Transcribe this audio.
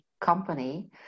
company